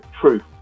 truth